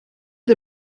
der